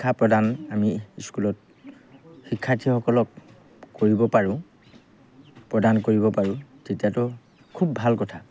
শিক্ষা প্ৰদান আমি স্কুলত শিক্ষাৰ্থীসকলক কৰিব পাৰোঁ প্ৰদান কৰিব পাৰোঁ তেতিয়াতো খুব ভাল কথা